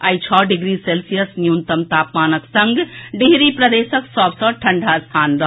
आई छओ degree Celsius न्यूनतम तापमानक संग डिहरी प्रदेशक सभ सँ ठंढ़ा स्थान रहल